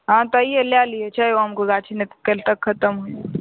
हँ तऽ अयहे लै लीहे छै आम शके गाछी नै तऽ काइल तक खतम हो जेतय